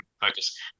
focus